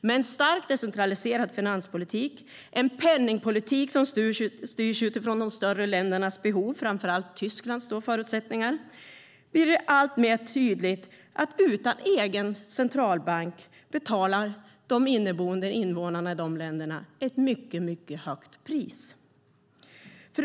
Med en starkt decentraliserad finanspolitik, en penningpolitik som styrs utifrån de större ländernas behov, framför allt Tysklands förutsättningar, blir det alltmer tydligt att utan egen centralbank betalar invånarna i de länderna ett mycket högt pris.